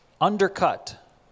undercut